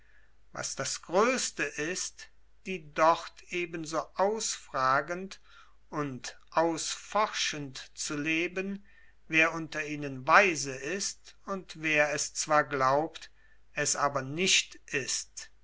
was das größte ist die dort eben so ausfragend und ausforschend zu leben wer unter ihnen weise ist und wer es zwar glaubt es aber nicht ist